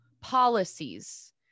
policies